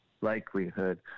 likelihood